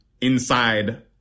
inside